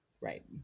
right